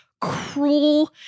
cruel